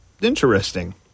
interesting